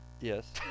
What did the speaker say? Yes